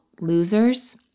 Losers